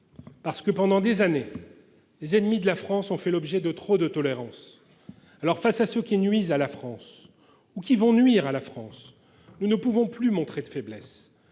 parce que, pendant des années, les ennemis de la France ont fait l’objet de trop de tolérance ? Face à ceux qui nuisent ou qui vont nuire à la France, nous ne pouvons plus montrer de faiblesse.